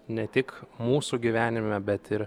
ne tik mūsų gyvenime bet ir